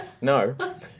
No